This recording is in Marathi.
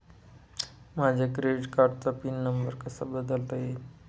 माझ्या क्रेडिट कार्डचा पिन नंबर कसा बदलता येईल?